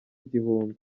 igihumbi